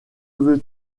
veux